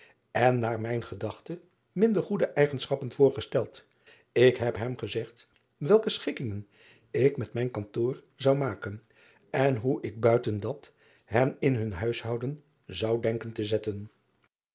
en naar mijn gedachte minder goede eigenschappen voorgesteld ik heb hem gezegd welke schikkingen ik met mijn kantoor zou maken en hoe ik buiten dat hen in hun huishouden zou driaan oosjes zn et leven van aurits ijnslager denken te zetten